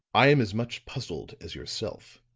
i am as much puzzled as yourself.